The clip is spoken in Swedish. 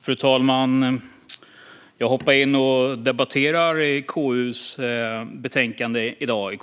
Fru talman! Jag hoppar in och deltar i KU:s debatt i dag.